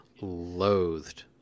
loathed